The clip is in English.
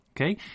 Okay